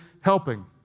helping